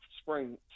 spring